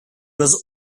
was